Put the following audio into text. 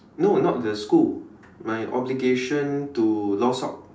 no not the school my obligation to law